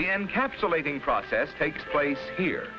the encapsulating process takes place here